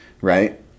right